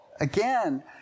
Again